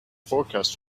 forecast